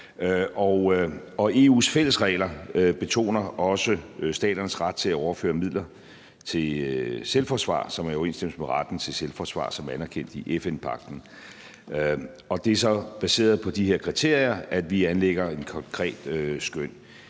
EU's fælles regler betoner også staternes ret til at overføre midler til selvforsvar, hvilket er i overensstemmelse med retten til selvforsvar, som er anerkendt i FN-pagten. Det er så baseret på de her kriterier, at vi anlægger et konkret skøn.